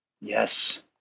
Yes